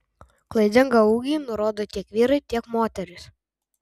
klaidingą ūgį nurodo tiek vyrai tiek moterys